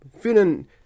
Feeling